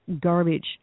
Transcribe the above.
garbage